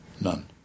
None